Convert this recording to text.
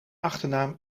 achternaam